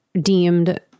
deemed